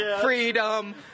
freedom